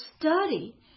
study